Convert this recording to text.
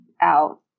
out